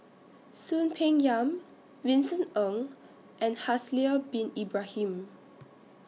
Soon Peng Yam Vincent Ng and Haslir Bin Ibrahim